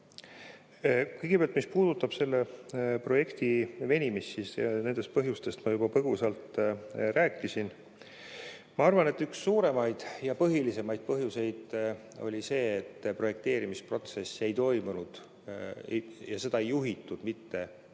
Kõigepealt, mis puudutab selle projekti venimist, siis nendest põhjustest ma juba põgusalt rääkisin. Ma arvan, et üks suuremaid ja põhilisemaid põhjuseid oli see, et projekteerimisprotsess ei toimunud ja seda ei juhitud mitte